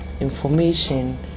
information